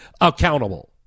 accountable